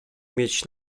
mieć